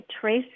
trace